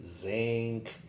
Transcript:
zinc